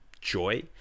joy